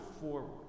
forward